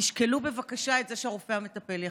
תשקלו בבקשה את זה שהרופא המטפל יחליט.